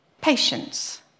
patience